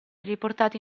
riportati